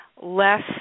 less